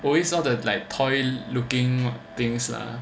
always all the toy looking things lah